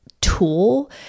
tool